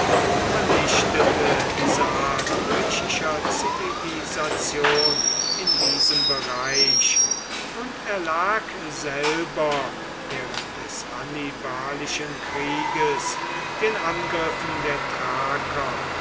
vernichtete die saat griechischer zivilisation in seinem bereich und erlag selber während des hannibalischen krieges den angriffen der thraker